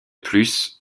plus